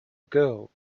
girl